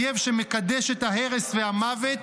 אויב שמקדש את ההרס והמוות,